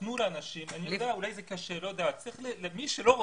תנו לאנשים אולי זה קשה - למי שלא רוצה,